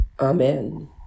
Amen